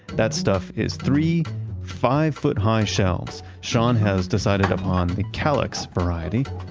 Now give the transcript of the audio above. that stuff is three five foot high shelves. sean has decided upon the kallax variety.